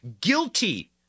guilty